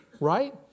Right